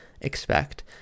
expect